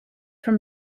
from